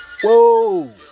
Whoa